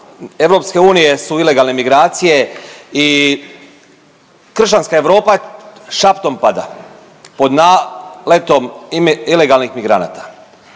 problema EU su ilegalne migracije i kršćanska Europa šaptom pada pod naletom ilegalnim migranata.